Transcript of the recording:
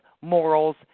morals